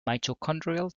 mitochondrial